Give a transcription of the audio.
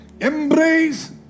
embrace